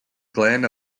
glen